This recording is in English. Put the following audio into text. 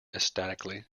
ecstatically